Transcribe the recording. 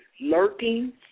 lurking